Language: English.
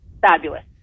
fabulous